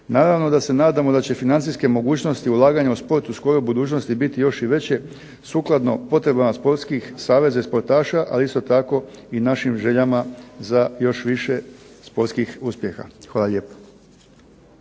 Naravno da se nadamo da će financijske mogućnosti ulaganja u sport u skoroj budućnosti biti još i veće, sukladno potrebama sportskih saveza i sportaša, ali isto tako i našim željama za još više sportskih uspjeha. Hvala lijepo.